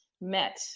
met